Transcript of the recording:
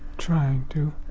trying to,